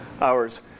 hours